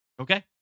Okay